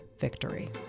victory